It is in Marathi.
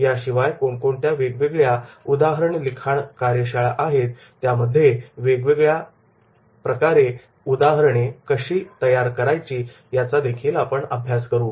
याशिवाय कोणकोणत्या वेगवेगळ्या केस लिखाण कार्यशाळा आहेत त्या मध्ये वेगवेगळ्या केसेस कशाप्रकारे तयार करायच्या याचा देखील आपण अभ्यास करू